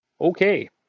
Okay